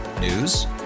News